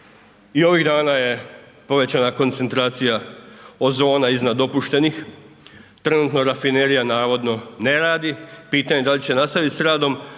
I ovih dana je povećana koncentracija ozona iznad dopuštenih. Trenutno Rafinerija navodno ne radi, pitanje da li će nastaviti sa radom